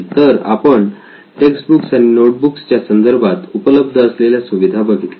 तर आपण text books आणि नोटबुक्स च्या संदर्भात उपलब्ध असलेल्या सुविधा बघितल्या